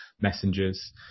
Messengers